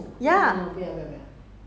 how about you just try